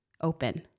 open